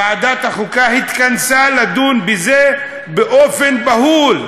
וועדת החוקה התכנסה לדון בזה באופן בהול,